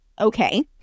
Okay